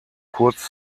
kurz